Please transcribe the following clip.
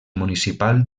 municipal